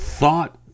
thought